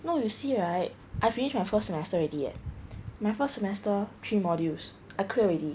no you see right I finish my first semester already eh my first semester three modules are clear already